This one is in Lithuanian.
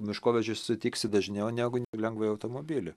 miškovežį sutiksi dažniau negu lengvąjį automobilį